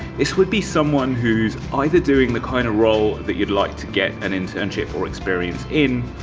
this would be someone who's either doing the kind of role that you'd like to get an internship or experience in,